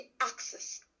access